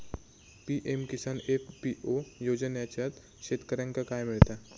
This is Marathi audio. पी.एम किसान एफ.पी.ओ योजनाच्यात शेतकऱ्यांका काय मिळता?